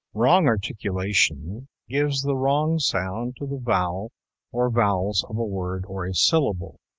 wrong articulation gives the wrong sound to the vowel or vowels of a word or a syllable,